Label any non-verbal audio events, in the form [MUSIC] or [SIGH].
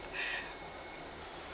[LAUGHS]